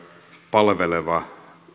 palveleva